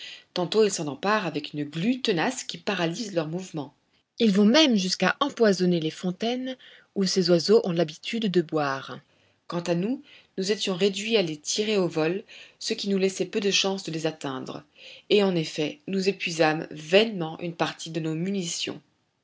tantôt ils s'en emparent avec une glu tenace qui paralyse leurs mouvements ils vont même jusqu'à empoisonner les fontaines où ces oiseaux ont l'habitude de boire quant à nous nous étions réduits à les tirer au vol ce qui nous laissait peu de chances de les atteindre et en effet nous épuisâmes vainement une partie de nos munitions